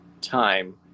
time